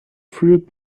fruit